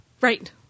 right